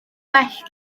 well